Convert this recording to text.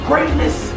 Greatness